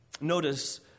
Notice